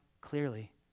clearly